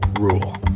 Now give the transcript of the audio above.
rule